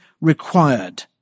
required